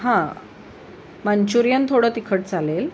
हां मंचुरियन थोडं तिखट चालेल